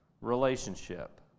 relationship